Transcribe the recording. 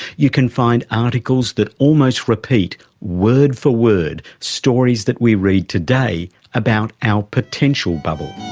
you can find articles that almost repeat word for word stories that we read today about our potential bubble.